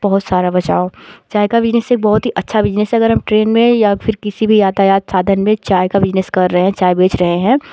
बहुत सारा बचाव चाय का बिजनस एक बहुत ही अच्छा बिजनस है अगर हम ट्रेन में या फिर किसी भी यातायात साधन में चाय का बिजनस कर रहे चाय बेच रहे हैं